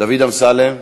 דוד אמסלם,